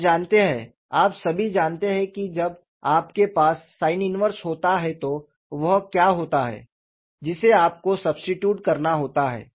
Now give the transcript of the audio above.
आप जानते हैं आप सभी जानते हैं कि जब आपके पास sin 1 होता है तो वह क्या होता है जिसे आपको सबस्टिट्यूट करना होता है